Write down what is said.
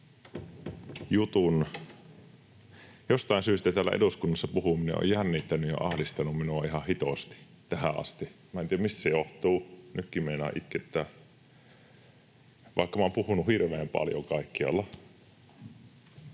Jostain syystä täällä eduskunnassa puhuminen on jännittänyt ja ahdistanut minua ihan hitosti tähän asti. Minä en tiedä, mistä se johtuu. Nytkin meinaa itkettää, vaikka minä olen puhunut hirveän paljon kaikkialla,